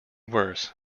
worse